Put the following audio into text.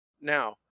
Now